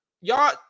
Y'all